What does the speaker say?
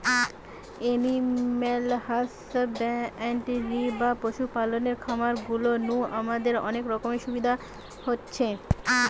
animal husbandry বা পশু পালনের খামার গুলা নু আমাদের অনেক রকমের সুবিধা হতিছে